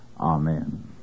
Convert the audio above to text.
amen